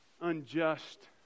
unjust